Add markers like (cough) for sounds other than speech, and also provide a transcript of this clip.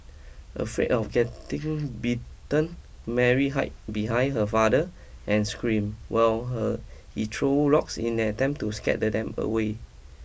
afraid of getting bitten Mary hide behind her father and screamed while her he threw rocks in (unintelligible) attempt to scared them away